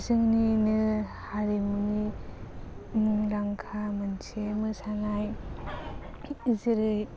जोंनिनो हारिमुनि मुंदांखा मोनसे मोसानाय जेरै